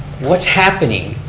what's happening,